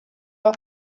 leur